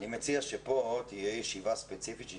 אני מציע שפה תהיה ישיבה ספציפית שהיא